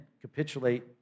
capitulate